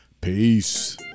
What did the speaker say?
Peace